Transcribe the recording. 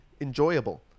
enjoyable